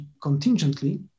contingently